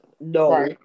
No